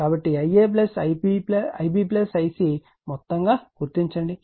కాబట్టి Ia Ib Ic మొత్తం గా గుర్తించండి